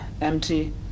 empty